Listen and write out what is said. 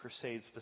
Crusades